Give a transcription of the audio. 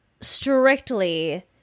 strictly